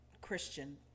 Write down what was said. Christian